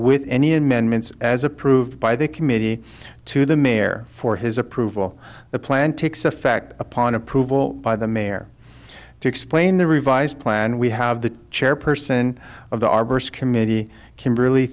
with any amendments as approved by the committee to the mayor for his approval the plan takes effect upon approval by the mayor to explain the revised plan we have the chairperson of the arbors committee kimberl